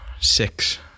six